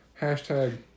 Hashtag